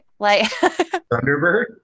Thunderbird